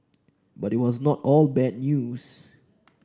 but it was not all bad news